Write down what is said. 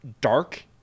dark